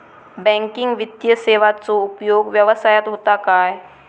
Banking वित्तीय सेवाचो उपयोग व्यवसायात होता काय?